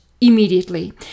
immediately